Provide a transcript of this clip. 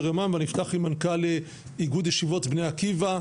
יומם ואני אפתח עם מנכ"ל איגוד ישיבות בני עקיבא,